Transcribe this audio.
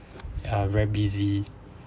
ya very busy